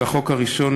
על החוק הראשון,